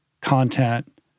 content